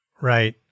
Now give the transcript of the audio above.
Right